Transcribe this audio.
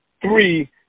three